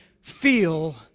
feel